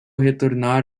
retornar